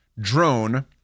drone